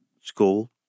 school